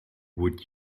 would